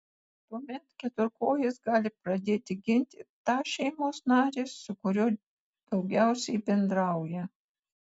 tuomet keturkojis gali pradėti ginti tą šeimos narį su kuriuo daugiausiai bendrauja